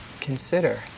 consider